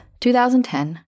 2010